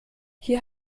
hier